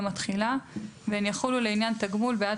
יום התחילה) והן יחולו לעניין תגמול בעד